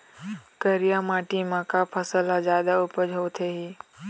करिया माटी म का फसल हर जादा उपज होथे ही?